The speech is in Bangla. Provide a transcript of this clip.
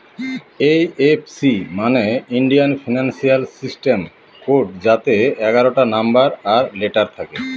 এই.এফ.সি মানে ইন্ডিয়ান ফিনান্সিয়াল সিস্টেম কোড যাতে এগারোটা নম্বর আর লেটার থাকে